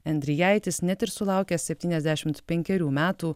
endrijaitis net ir sulaukęs septyniasdešimt penkerių metų